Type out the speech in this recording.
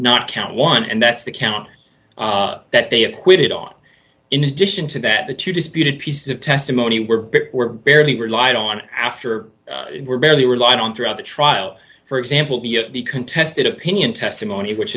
not count one and that's the count that they acquitted on in addition to that the two disputed piece of testimony were bit were barely relied on after were barely relied on throughout the trial for example the the contested opinion testimony which